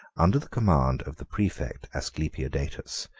under the command of the praefect asclepiodatus,